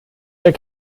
der